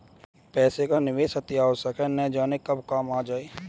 पैसे का निवेश अतिआवश्यक है, न जाने कब काम आ जाए